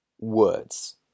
words